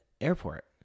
airport